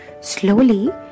Slowly